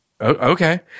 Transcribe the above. Okay